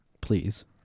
please